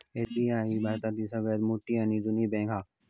SBI भारतातली सगळ्यात मोठी आणि जुनी बॅन्क हा